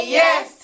yes